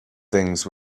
things